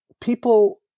people